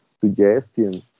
suggestions